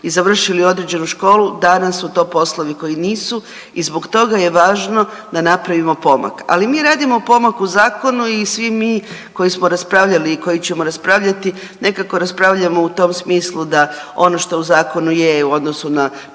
i završili određenu školu danas su to poslovi koji nisu i zbog toga je važno da napravimo pomak. Ali mi radimo pomak u zakonu i svi mi koji smo raspravljali i koji ćemo raspravljati nekako raspravljamo u tom smislu da ono što u zakonu je u odnosu na